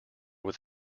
with